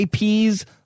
IPs